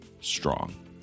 strong